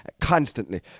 constantly